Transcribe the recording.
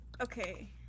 okay